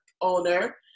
owner